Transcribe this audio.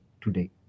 today